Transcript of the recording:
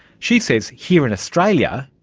she says here in australia,